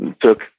took